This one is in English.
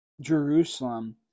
Jerusalem